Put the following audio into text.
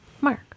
Mark